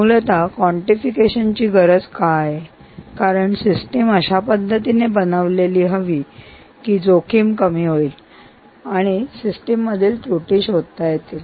मूलतः कॉन्टिफिकेशन ची गरज का आहे कारण सिस्टीम अशा पद्धतीने बनलेली हवी की जोखीम कमी होईल किंवा सिस्टीम मधील त्रुटी शोधता येतील